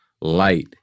light